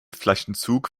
flaschenzug